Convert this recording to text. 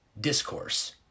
discourse